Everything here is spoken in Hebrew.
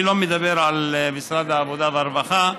אני לא מדבר על משרד העבודה והרווחה,